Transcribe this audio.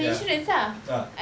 ya tak